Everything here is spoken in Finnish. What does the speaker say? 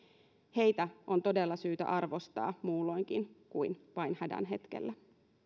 heitä on todella syytä arvostaa muulloinkin kuin vain hädän hetkellä